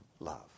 love